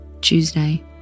Tuesday